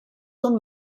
són